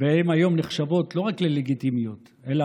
והן היום נחשבות לא רק ללגיטימיות אלא